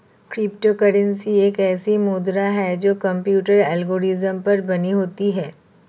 crypto currency एक ऐसी मुद्रा है जो कंप्यूटर एल्गोरिदम पर बनी होती है